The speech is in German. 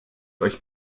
euch